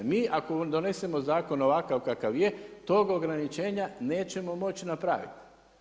Mi ako donesemo zakon ovakav kakav je, tog ograničenja nećemo moči napraviti.